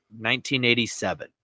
1987